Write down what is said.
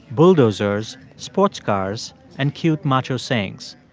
bulldozers, sports cars and cute macho sayings.